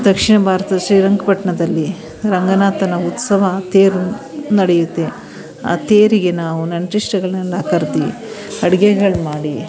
ದಕ್ಷಿಣ ಭಾರತದ ಶ್ರೀರಂಗಪಟ್ಟಣದಲ್ಲಿ ರಂಗನಾಥನ ಉತ್ಸವ ತೇರು ನಡೆಯುತ್ತೆ ಆ ತೇರಿಗೆ ನಾವು ನೆಂಟರಿಷ್ಟಗಳ್ನೆಲ್ಲ ಕರ್ದು ಅಡ್ಗೆಗಳು ಮಾಡಿ